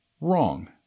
wrong